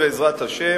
בעזרת השם,